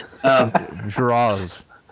Draws